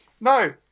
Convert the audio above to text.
No